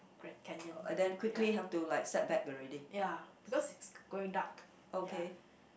Grand Canyon ya ya because it's going dark ya